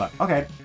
Okay